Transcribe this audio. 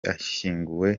ashyinguwe